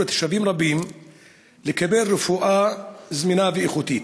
לתושבים רבים לקבל רפואה זמינה ואיכותית.